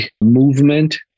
movement